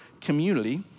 community